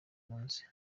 munsi